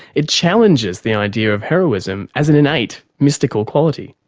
it challenges the idea of heroism as an innate, mystical quality.